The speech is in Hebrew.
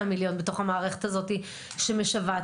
מיליון בתוך המערכת הזאת שמשוועת לעזרה?